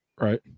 Right